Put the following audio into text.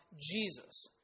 Jesus